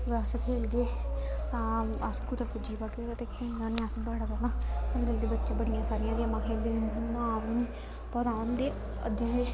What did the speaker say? अगर अस खेलगे तां अस कुतै पुज्जी पाग्गे गै ते खेलना निं अस बड़ा जैदा अजकल्ल दे बच्चे बड़ियां सारियां गेमां खेलदे नांऽ बी निं पता होंदे अद्धियें दे